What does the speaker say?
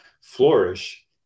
flourish